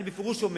אני אומר בפירוש,